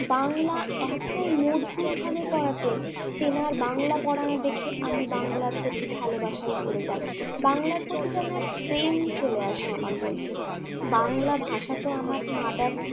বাংলা এতো মধুরভাবে পড়াতেন তেনার বাংলা পড়ানো দেখে আমি বাংলার প্রতি ভালোবাসায় পড়ে যাই বাংলার প্রতি যেন এক প্রেম চলে আসে আমার মধ্যে বাংলা ভাষা তো আমার মাদার